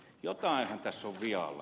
jotainhan tässä on vialla